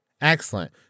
Excellent